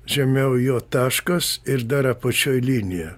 žemiau jo taškas ir dar apačioj linija